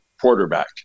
quarterback